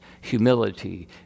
humility